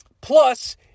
Plus